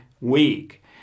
week